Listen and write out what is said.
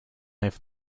have